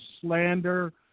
slander